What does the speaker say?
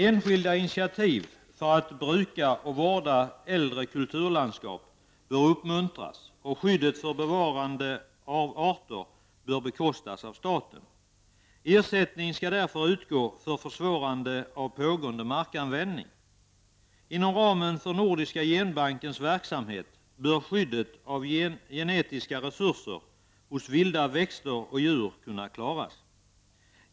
Enskilda initiativ för att bruka och vårda äldre kulturlandskap bör uppmuntras, och skyddet för bevarande av arter bör bekostas av staten. Ersättning skall därför utgå för försvårande av pågående markanvändning. Inom ramen för Nordiska genbankens verksamhet bör skyddet av genetiska resurser hos vilda växter och djur kunna klaras.